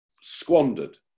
squandered